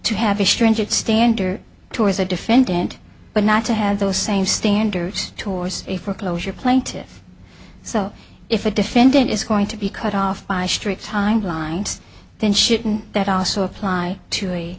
to have a stringent standard towards a defendant but not to have those same standards towards a foreclosure plaintiffs so if a defendant is going to be cut off by strict time blind then shouldn't that also apply to a